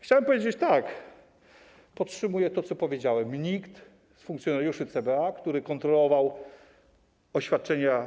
Chciałem powiedzieć, że podtrzymuję to, co powiedziałem: nikt z funkcjonariuszy CBA, którzy kontrolowali oświadczenia.